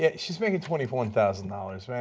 yeah she's making twenty one thousand dollars,